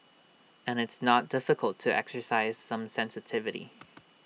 and it's not difficult to exercise some sensitivity